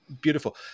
beautiful